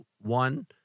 One